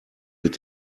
mit